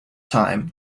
time